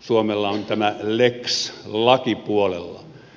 suomella on tämä lex laki puolellaan